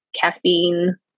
caffeine